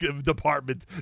department